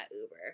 Uber